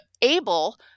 able